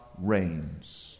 reigns